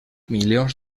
milions